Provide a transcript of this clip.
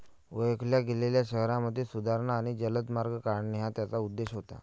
ओळखल्या गेलेल्या शहरांमध्ये सुधारणा आणि जलद मार्ग काढणे हा त्याचा उद्देश होता